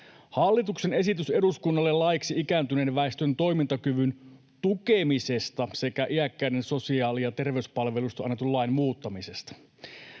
hallituksen esitys eduskunnalle laiksi ikääntyneen väestön toimintakyvyn tukemisesta sekä iäkkäiden sosiaali- ja terveyspalveluista annetun lain muuttamisesta.